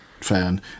fan